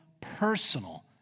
personal